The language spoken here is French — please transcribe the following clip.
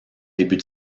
début